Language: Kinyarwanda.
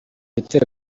ibitero